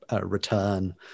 return